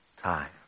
time